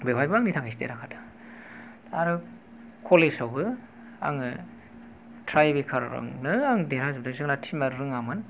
बेवहायबो आंनि थाखायसो देरहाखादों आरो कलेज आवबो आङो टाइ ब्रेकार आवनो आं देरहाजोबदों जोंना टिम आ रोङामोन